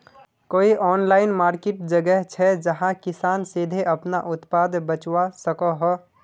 कोई online market जगह छे जहाँ किसान सीधे अपना उत्पाद बचवा सको हो?